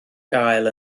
gael